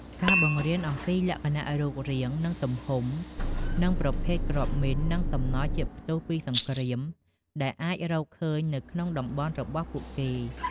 ការបង្រៀនអំពីលក្ខណៈរូបរាង ទំហំ និងប្រភេទគ្រាប់មីន និង សំណល់ជាតិផ្ទុះពីសង្គ្រាម ដែលអាចរកឃើញនៅក្នុងតំបន់របស់ពួកគេ។